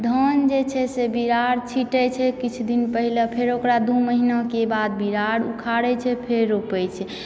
धान जे छै से बिरार छींटै छै किछु दिन पहिले फेर ओकरा दू महीनाके बाद बिरार ऊखारैत छै फेर रोपैत छै